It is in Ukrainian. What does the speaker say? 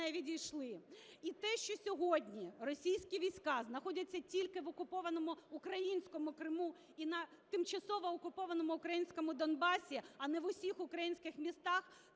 І те, що сьогодні російські війська знаходяться тільки в окупованому українському Криму і на тимчасово окупованому українському Донбасі, а не в усіх українських містах,